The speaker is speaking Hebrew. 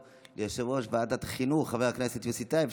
ליושב-ראש ועדת החינוך חבר הכנסת יוסי טייב,